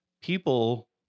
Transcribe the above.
people